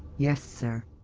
yes sir.